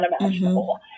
unimaginable